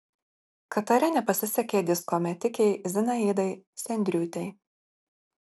katare nepasisekė disko metikei zinaidai sendriūtei